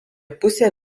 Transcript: pusę